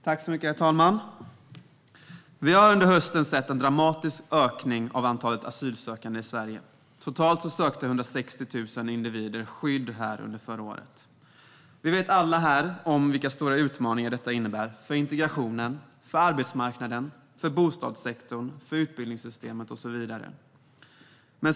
Herr talman! Vi har under hösten sett en dramatisk ökning av antalet asylsökande i Sverige. Totalt sökte 160 000 individer skydd här under förra året. Vi vet alla vilka stora utmaningar det innebär för integrationen, arbetsmarknaden, bostadssektorn, utbildningssystemet och så vidare.